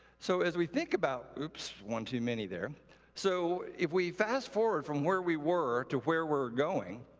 so as we think about oops, one too many there so if we fast forward from where we were to where we're going,